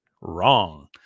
Wrong